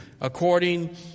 according